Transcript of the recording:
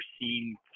seen